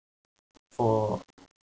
for